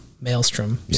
maelstrom